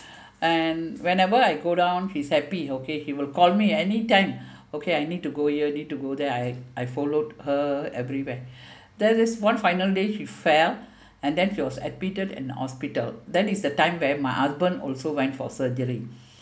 and whenever I go down he's happy okay he will call me anytime okay I need to go here need to go there I I followed her everywhere then this one final day she fell and then she was admitted in hospital that is the time when my husband also went for surgery